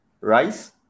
Rice